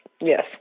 yes